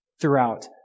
throughout